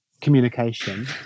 communication